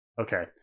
okay